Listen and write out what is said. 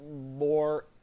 more